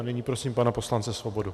A nyní prosím pana poslance Svobodu.